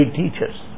teachers